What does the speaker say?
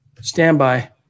Standby